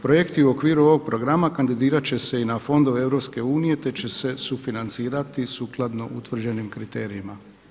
Projekti u okviru ovog programa kandidirat će se i na fondove EU, te će se sufinancirati sukladno utvrđenim kriterijima.